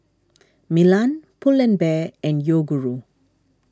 Milan Pull and Bear and Yoguru